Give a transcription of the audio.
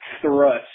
thrust